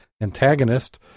antagonist